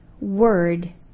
word